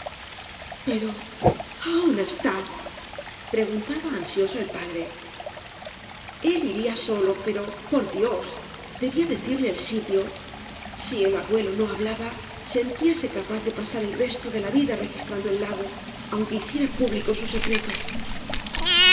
pero ahón está preguntaba ansioso el padre el iría solo pero por dioa debía decirle el oaas y barro sitio si el abuelo no hablaba bentíase capaz de pasar el resto de la vida registrando el lago aunque hiciera público bu secreto